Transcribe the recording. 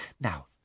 Now